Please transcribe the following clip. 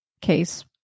case